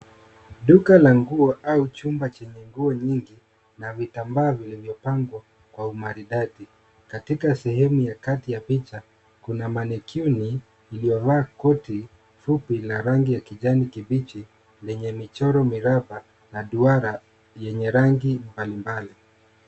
Duka la nguo au chumba chenye nguo nyingi na vitambaa vilivyopangwa kwa umaridadi. Katika sehemu ya kati ya picha, kuna mannequin iliyovaa koti fupi la rangi ya kijani kibichi, lenye michoro miraba na duara yenye rangi mbalimbali.